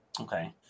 Okay